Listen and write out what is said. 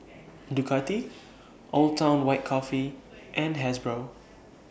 Ducati Old Town White Coffee and Hasbro